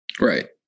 right